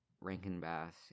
Rankin-Bass